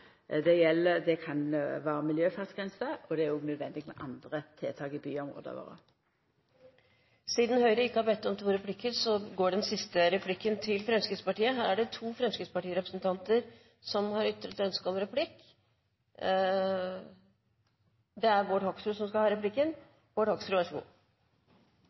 det kan vera miljøfartsgrenser. Det er òg nødvendig med andre tiltak i byområda. Siden Høyre ikke har bedt om to replikker, går den siste replikken til Fremskrittspartiet. Det kan jo virke litt som om dette er et nytt fenomen som har oppstått, men som alle er